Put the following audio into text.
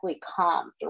calm